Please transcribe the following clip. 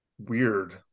weird